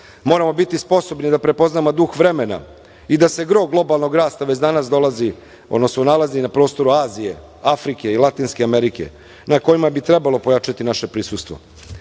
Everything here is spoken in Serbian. Moramo biti sposobni da prepoznamo duh vremena i da se gro globalnog rasta već danas nalazi na prostoru Azije, Afrike i Latinske Amerike na kojima bi trebalo pojačati naše prisustvo. Posebno